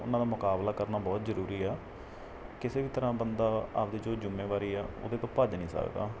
ਉਨ੍ਹਾਂ ਦਾ ਮੁਕਾਬਲਾ ਕਰਨਾ ਬਹੁਤ ਜ਼ਰੂਰੀ ਆ ਕਿਸੇ ਵੀ ਤਰ੍ਹਾਂ ਬੰਦਾ ਆਪਦੀ ਜੋ ਜ਼ਿੰਮੇਵਾਰੀ ਹੈ ਉਹਦੇ ਤੋਂ ਭੱਜ ਨਹੀਂ ਸਕਦਾ